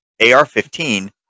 AR-15